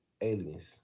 aliens